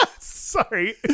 Sorry